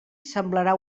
semblarà